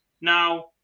Now